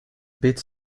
bit